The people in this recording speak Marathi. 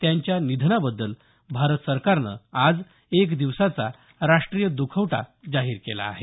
त्यांच्या निधनाबद्दल भारत सरकारनं आज एक दिवसाचा राष्ट्रीय दुखवटा जाहीर केला आहे